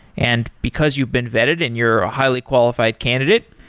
and because you've been vetted and you're a highly qualified candidate,